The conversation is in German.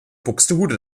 buxtehude